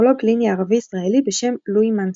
פסיכולוג קליני ערבי ישראלי בשם לואי מנסור.